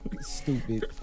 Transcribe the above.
Stupid